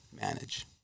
manage